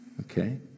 Okay